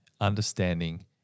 understanding